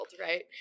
Right